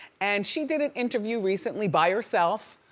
and she did an interview recently by herself.